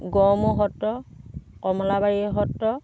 Garmur Satra Kamalabari Satra